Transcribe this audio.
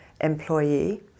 employee